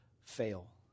fail